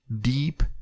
deep